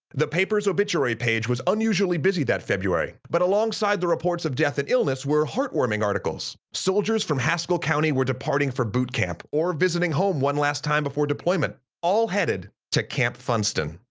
the paper's obituary page was unusually busy that february, but alongside the reports of death and illness were heartwarming articles. soldiers from haskell county were departing for boot camp or visiting home one last time before deployment. all headed to camp funston,